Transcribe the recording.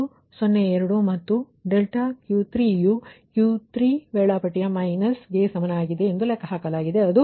102 ಮತ್ತು ∆Q30ಯು Q3 ವೇಳಾಪಟ್ಟಿ ಮೈನಸ್ Q30 ಸಮಾನಗಿದೆ ಎಂದು ಲೆಕ್ಕಹಾಕಲಾಗಿದೆ